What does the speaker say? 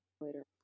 later